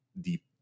deep